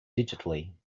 digitally